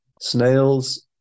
Snails